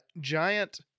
Giant